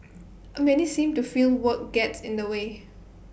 A many seem to feel work gets in the way